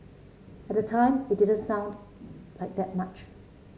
at the time it didn't sound like that much